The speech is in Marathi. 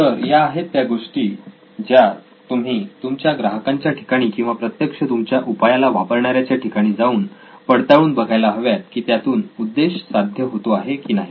तर या आहेत त्या गोष्टी ज्या तुम्ही तुमच्या ग्राहकांच्या ठिकाणी किंवा प्रत्यक्ष तुमच्या उपायाला वापरणाऱ्याच्या ठिकाणी जाऊन पडताळून बघायला हव्यात की त्यातून उद्देश साध्य होतो आहे की नाही